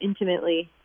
intimately